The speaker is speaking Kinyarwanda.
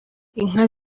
inka